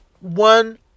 one